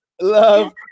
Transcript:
love